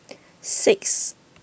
six